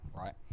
right